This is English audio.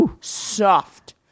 soft